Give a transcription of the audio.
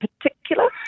particular